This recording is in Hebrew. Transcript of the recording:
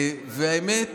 והאמת